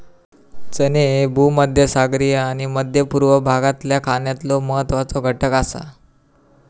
चणे ह्ये भूमध्यसागरीय आणि मध्य पूर्व भागातल्या खाण्यातलो महत्वाचो घटक आसा